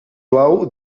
blau